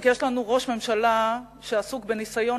רק שיש לנו ראש ממשלה שעסוק בניסיון